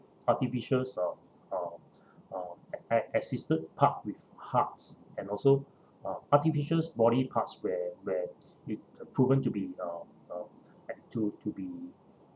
artificial um um um a~ a~ assisted heart hearts and also um artificial body parts where where with proven to be uh uh at to to be